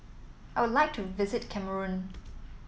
I would like to visit Cameroon